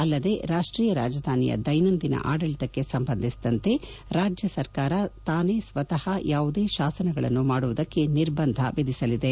ಅಲ್ಲದೆ ರಾಷ್ಟೀಯ ರಾಜಧಾನಿಯ ದೈನಂದಿನ ಆಡಳಿತಕ್ಕೆ ಸಂಬಂಧಿಸಿದಂತೆ ರಾಜ್ಯ ಸರ್ಕಾರ ತಾನೆ ಸ್ವತ ಯಾವುದೇ ಶಾಸನಗಳನ್ನು ಮಾಡುವುದಕ್ಕೆ ನಿರ್ಬಂಧ ವಿಧಿಸಲಿದೆ